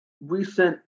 recent